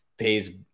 pays